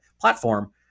platform